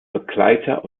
begleiter